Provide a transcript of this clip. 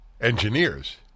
engineers